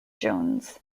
jones